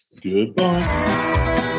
Goodbye